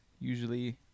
Usually